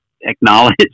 acknowledge